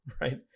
right